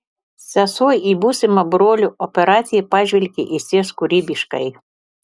sesuo į būsimą brolio operaciją pažvelgė išties kūrybiškai